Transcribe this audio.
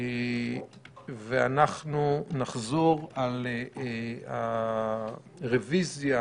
אנחנו נחזור על הרביזיה